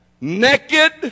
Naked